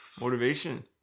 motivation